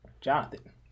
Jonathan